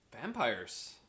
Vampires